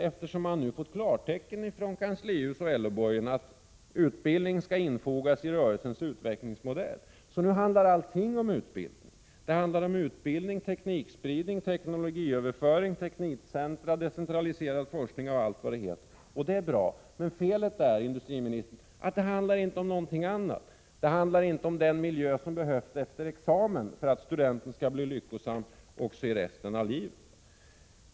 Eftersom man nu har fått klartecken från kanslihuset och LO-borgen att utbildning skall infogas i rörelsens utvecklingsmodell handlar allting om "utbildning. Det handlar om utbildning, teknikspridning, teknologiöverföring, teknikcentra, decentraliserad forskning och allt vad det heter. Det är bra. Men felet är, industriministern, att det inte handlar om någonting annat. Det handlar inte om den miljö som behövs efter examen för att studenten skall bli lyckosam också i resten av livet.